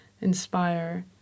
inspire